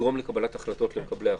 יגרום לקבלת החלטות למקבלי ההחלטות.